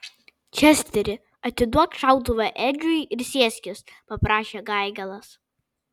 česteri atiduok šautuvą edžiui ir sėskis paprašė gaigalas